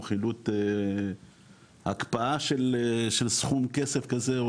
או חילוט הקפאה של סכום כסף כזה,